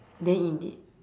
then in the